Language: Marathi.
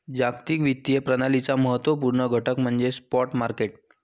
जागतिक वित्तीय प्रणालीचा महत्त्व पूर्ण घटक म्हणजे स्पॉट मार्केट